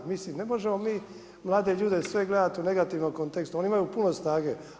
Mislim, ne možemo mi mlade ljude sve gledati u negativnom kontekstu, oni imaju puno snage.